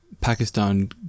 Pakistan